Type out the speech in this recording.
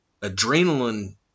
adrenaline